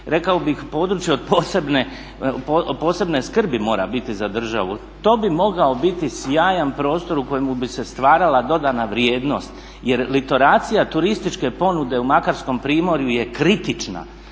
rekao bih područje od posebne skrbi mora biti za državu, to bi mogao biti sjajan prostor u kojemu bi se stvarala dodana vrijednost. Jer litoracija turističke ponude u Makarskom primorju je kritična.